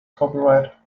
copyright